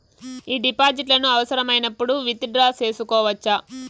ఈ డిపాజిట్లను అవసరమైనప్పుడు విత్ డ్రా సేసుకోవచ్చా?